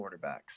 quarterbacks